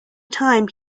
time